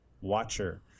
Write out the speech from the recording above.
Watcher